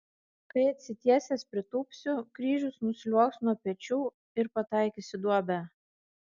kai atsitiesęs pritūpsiu kryžius nusliuogs nuo pečių ir pataikys į duobę